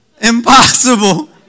impossible